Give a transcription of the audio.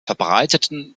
verbreiteten